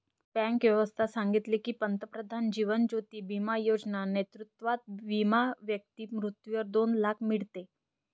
bank व्यवस्था सांगितले की, पंतप्रधान जीवन ज्योती बिमा योजना नेतृत्वात विमा व्यक्ती मृत्यूवर दोन लाख मीडते